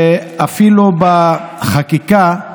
אפילו בחקיקה,